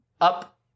up